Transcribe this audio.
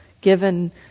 given